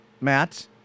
Matt